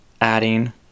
adding